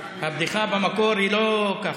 הבדיחה במקור היא לא ככה.